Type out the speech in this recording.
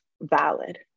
valid